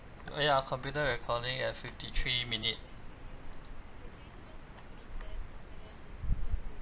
oh ya computer recording at fifty three minute